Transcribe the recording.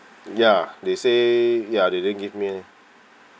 ya they say ya they didn't give me any